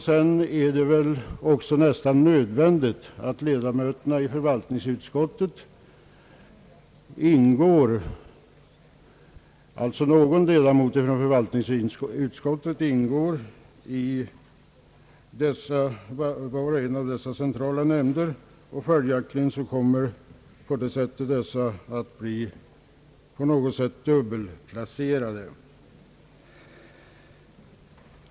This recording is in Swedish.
Sedan är det väl också nödvändigt att någon ledamot av förvaltningsutskottet ingår i var och en av dessa centrala nämnder. Följaktligen kommer dessa ledamöter att bli på något sätt dubbelplacerade.